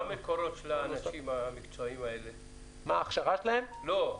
מה המקורות של האנשים המקצועיים האלה - הם קיימים,